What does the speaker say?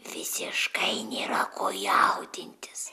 visiškai nėra ko jaudintis